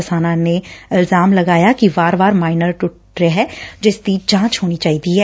ਕਿਸਾਨਾਂ ਨੇ ਇਲਜ਼ਾਮ ਨੇ ਲਗਾਇਆ ਕਿ ਵਾਰ ਵਾਰ ਮਾਈਨਰ ਟੁੱਟ ਰਿਹੈ ਜਿਸ ਦੀ ਜਾਂਚ ਹੋਣ ਚਾਹੀਦੀ ਏ